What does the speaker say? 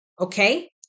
Okay